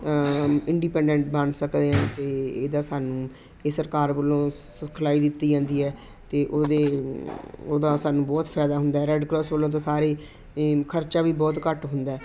independent ਬਣ ਸਕਦੇ ਹਾਂ ਅਤੇ ਇਹਦਾ ਸਾਨੂੰ ਇਹ ਸਰਕਾਰ ਵੱਲੋਂ ਸਿਖਲਾਈ ਦਿੱਤੀ ਜਾਂਦੀ ਹੈ ਅਤੇ ਉਹਦੇ ਉਹਦਾ ਸਾਨੂੰ ਬਹੁਤ ਫ਼ਾਇਦਾ ਹੁੰਦਾ ਰੈਡ ਕ੍ਰੋਸ ਵੱਲੋਂ ਤਾਂ ਸਾਰੇ ਖਰਚਾ ਵੀ ਬਹੁਤ ਘੱਟ ਹੁੰਦਾ ਹੈ